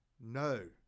No